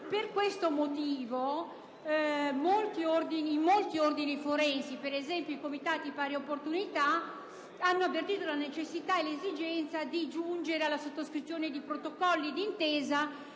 Per questo motivo molti ordini forensi, per esempio i comitati pari opportunità, hanno avvertito la necessità e l'esigenza di giungere alla sottoscrizione di protocolli d'intesa